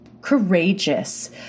courageous